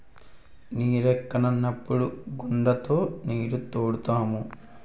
నీరెక్కనప్పుడు గూడతో నీరుతోడుతాము